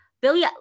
Billy